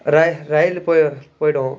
rail போய் போய்டும்